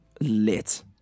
lit